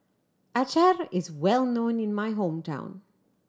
acar is well known in my hometown